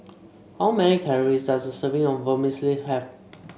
how many calories does a serving of Vermicelli have